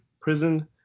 prison